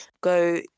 go